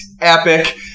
epic